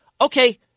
Okay